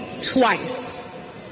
twice